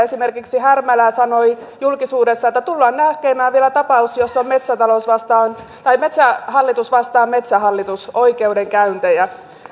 esimerkiksi härmälä sanoi julkisuudessa että tullaan näkemään vielä tapaus jossa on metsähallitus vastaan metsähallitus oikeudenkäyntejä